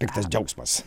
piktas džiaugsmas